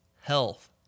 health